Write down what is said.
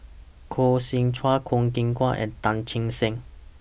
Koh Seow Chuan Kwok Kian Chow and Tan Che Sang